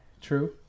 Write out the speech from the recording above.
true